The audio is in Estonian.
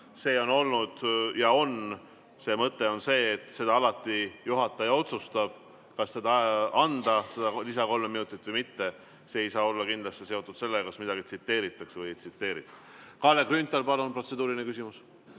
See on olnud ja on. Selle mõte on see, et alati juhataja otsustab, kas anda seda kolme lisaminutit või mitte. See ei saa kindlasti olla seotud sellega, kas midagi tsiteeritakse või ei tsiteerita. Kalle Grünthal, palun protseduuriline küsimus!